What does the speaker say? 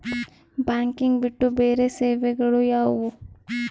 Banking ಬಿಟ್ಟು ಬೇರೆ ಸೇವೆಗಳು ಯಾವುವು?